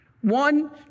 One